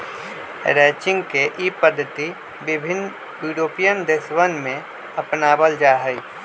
ranching के ई पद्धति विभिन्न यूरोपीयन देशवन में अपनावल जाहई